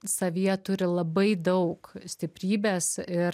savyje turi labai daug stiprybės ir